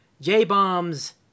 j-bomb's